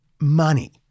money